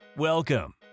welcome